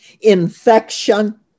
infection